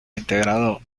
integrado